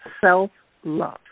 self-love